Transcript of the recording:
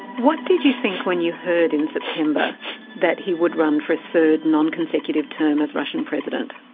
what did you think when you heard in september that he would run for a third, non-consecutive term as russian president?